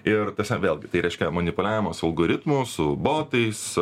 ir tasme vėlgi tai reiškia manipuliavimas algoritmų su botais